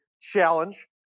challenge